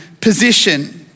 position